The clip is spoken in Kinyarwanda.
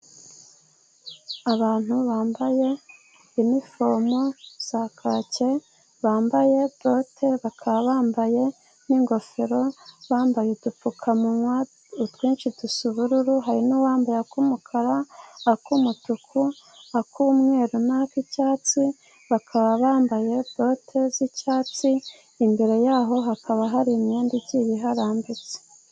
Abantu bambaye inifomu za kake, bambaye porote, bakaba bambaye n'ingofero, bambaye udupfukamunwa; utwinshi dusa ubururu, hari uwambaye akumukara, ak'umutuku, ak'umweru, nak'icyatsi, bakaba bambaye porote z'icyatsi, imbere yaho hakaba hari imyenda igiye iharambitse.